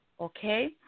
Okay